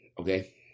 Okay